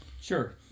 Sure